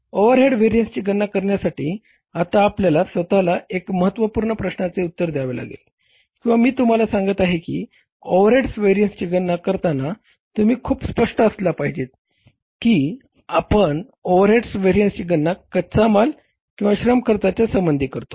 overhead व्हेरिएन्सची गणना करण्यासाठी आता आपल्या स्वतःला एका महत्त्वपूर्ण प्रश्नाचे उत्तर द्यावे लागेल किंवा मी तुम्हाला सांगत आहे की ओव्हरहेड व्हेरिएन्सची गणना करताना तुम्ही खूप स्पष्ट असला पाहिजेत की आपण या ओव्हरहेड व्हेरिएन्सची गणना कच्चा माल किंवा श्रम खर्च यांच्या संबंधी करतो